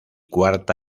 cuarta